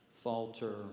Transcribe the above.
falter